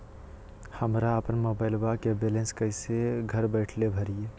हमरा अपन मोबाइलबा के बैलेंस कैसे घर बैठल भरिए?